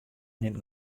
nimt